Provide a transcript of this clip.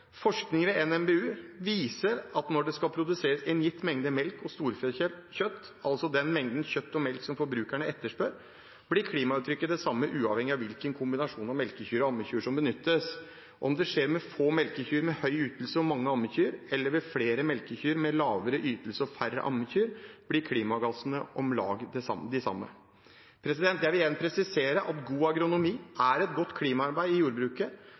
ved NMBU viser at når det skal produseres en gitt mengde melk og storfekjøtt, altså den mengden kjøtt og melk som forbrukerne etterspør, blir klimaavtrykket det samme uavhengig av hvilken kombinasjon av melkekyr og ammekyr som benyttes. Om det skjer med få melkekyr med høy ytelse og mange ammekyr, eller ved flere melkekyr med lavere ytelse og færre ammekyr, blir klimagassutslippene om lag de samme. Jeg vil igjen presisere at god agronomi er godt klimaarbeid i jordbruket,